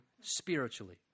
spiritually